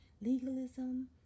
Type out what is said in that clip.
legalism